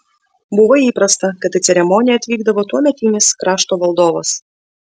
buvo įprasta kad į ceremoniją atvykdavo tuometinis krašto valdovas